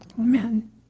Amen